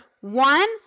one